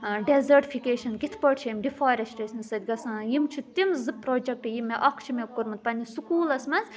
desertification کِتھٕ پٲٹھۍ چھِ أمۍ ڈِفاریسٹیشنہٕ سۭتۍ گَژھان یِم چھِ تِم زٕ پرٛوجَیکٹہٕ یِم مےٚ اَکھ چھُ مےٚ کوٚرمُت پَنٕنِس سکوٗلَس منٛز